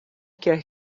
quer